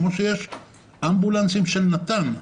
כפי שיש אמבולנסים של נט"ן.